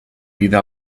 vida